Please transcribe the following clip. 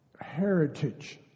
heritage